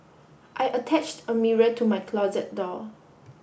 I attached a mirror to my closet door